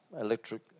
electric